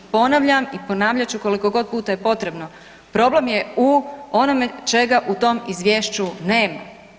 Ponavljam i ponavljat ću koliko god puta je potrebno, problem je u onome čega u tom Izvješću nema.